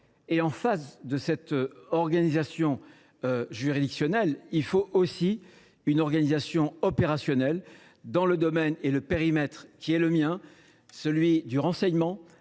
En miroir de cette organisation juridictionnelle, il faut une organisation opérationnelle dans le périmètre qui est le mien, celui du renseignement,